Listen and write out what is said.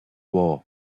war